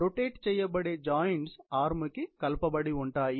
rotate చెయ్యబడే joints arm కి కలుపబడి ఉంటాయి